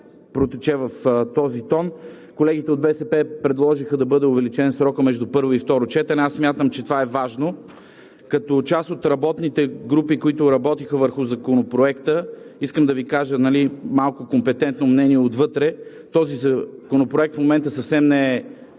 протече в този тон. Колегите от БСП предложиха да бъде увеличен срокът между първо и второ четене. Аз смятам, че това е важно, като част от работните групи, които работеха върху Законопроекта, искам да Ви кажа – малко компетентно мнение отвътре, този законопроект в момента съвсем не е